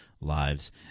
lives